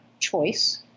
choice